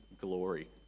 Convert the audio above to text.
glory